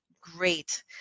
great